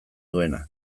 duena